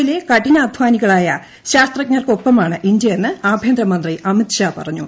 യിലെ കഠിനാധാനികളായ ശാസ്ത്രജ്ഞരോടൊപ്പമാണ് ഇന്ത്യയെന്ന് ആഭ്യന്തരമന്ത്രി അമിത് ഷാ പറഞ്ഞു